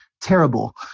terrible